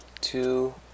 two